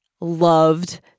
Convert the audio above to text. loved